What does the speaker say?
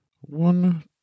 One